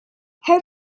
her